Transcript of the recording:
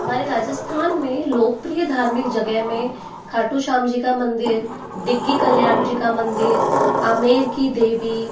हमारे राजस्थान में लोकप्रिय धार्मिक जगह में खाटूश्यामजी का मंदिर डिग्गी कल्याण जी का मंदिर आमेर की देवी